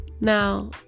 Now